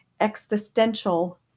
existential